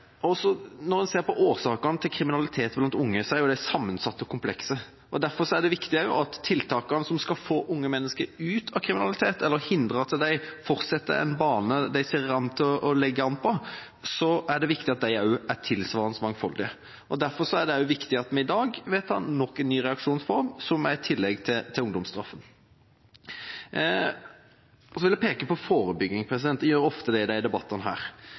også kunne være med og bidra til dette. Når en ser på årsakene til kriminalitet blant unge, er de sammensatte og komplekse. Derfor er det også viktig at tiltakene som skal få unge mennesker ut av kriminalitet eller hindre at de fortsetter på en bane de ser ut til å legge an, er tilsvarende mangfoldige, og derfor er det viktig at vi i dag vedtar nok en ny reaksjonsform – som et tillegg til ungdomsstraffen. Så vil jeg peke på forebygging; jeg gjør ofte det i disse debattene.